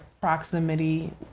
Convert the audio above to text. proximity